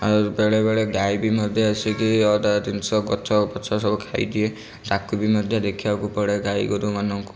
ଆଉ ବେଳେ ବେଳେ ଗାଈ ବି ମଧ୍ୟ ଆସିକି ଅଧା ଜିନିଷ ଗଛ ପଛ ସବୁ ଖାଇଦିଏ ତାକୁ ବି ମଧ୍ୟ ଦେଖିବାକୁ ପଡ଼େ ଗାଈ ଗୋରୁମାନଙ୍କୁ